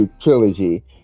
trilogy